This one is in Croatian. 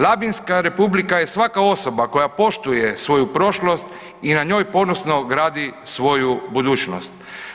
Labinska republika je svaka osoba koja poštuje svoju prošlost i na njoj ponosno gradi svoju budućnost.